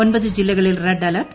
ഒൻപത് ജില്ലകളിൽ red alert